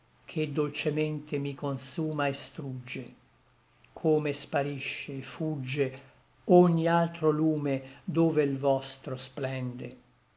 che dolcemente mi consuma et strugge come sparisce et fugge ogni altro lume dove'l vostro splende